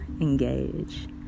engage